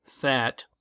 Fat